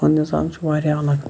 تِہُنٛد نِظام چھُ واریاہ اَلَگ